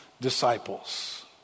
disciples